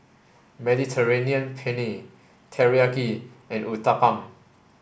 Mediterranean Penne Teriyaki and Uthapam